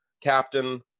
captain